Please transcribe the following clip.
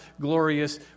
glorious